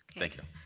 thank you.